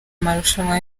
marushanwa